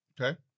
okay